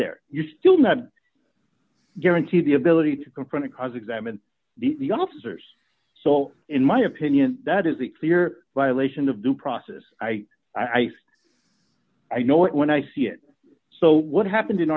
there you're still not guaranteed the ability to confront and cross examine the officers so in my opinion that is the clear violation of due process i i i know it when i see it so what happened in